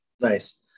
Nice